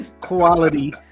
quality